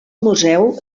museu